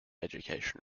education